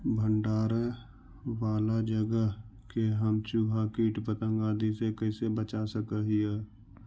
भंडार वाला जगह के हम चुहा, किट पतंग, आदि से कैसे बचा सक हिय?